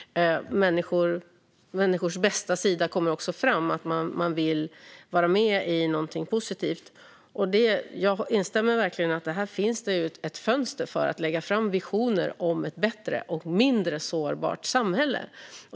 Människors bästa sidor kommer fram. Man vill vara med i någonting positivt. Jag instämmer verkligen i att det finns ett fönster här för att lägga fram visioner om ett bättre och mindre sårbart samhälle.